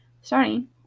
Starting